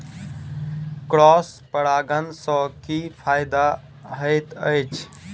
Cross परागण सँ की फायदा हएत अछि?